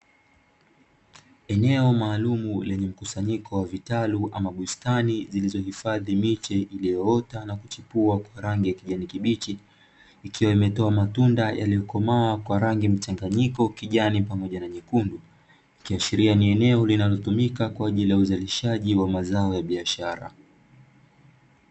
Eneo maalumu, lenye mkusanyiko wa vitalu ama bustani zilizohifadhi miche iliyoota na kuchipua kwa rangi ya kijani kibichi, ikiwa imetoa matunda yaliyokomaa kwa rangi mchanganyiko, kijani pamoja na rangi nyekundu, ikiashiria ni eneo linalotumika kwa ajili ya uzalishaji wa mazao ya biashara.